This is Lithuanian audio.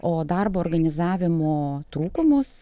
o darbo organizavimo trūkumus